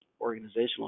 organizational